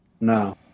No